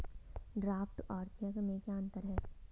Draft और check में क्या अंतर है?